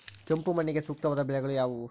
ಕೆಂಪು ಮಣ್ಣಿಗೆ ಸೂಕ್ತವಾದ ಬೆಳೆಗಳು ಯಾವುವು?